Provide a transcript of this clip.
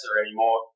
anymore